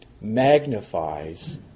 magnifies